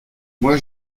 moi